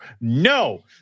no